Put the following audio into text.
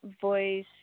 voice